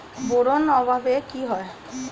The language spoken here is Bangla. বোরন অভাবে কি হয়?